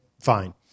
fine